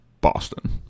Boston